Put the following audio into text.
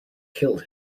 killed